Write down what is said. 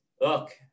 look